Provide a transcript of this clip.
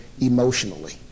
emotionally